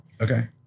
Okay